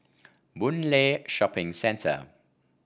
Boon Lay Shopping Centre